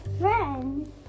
friends